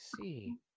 see